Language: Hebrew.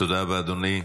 תודה רבה, אדוני.